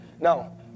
Now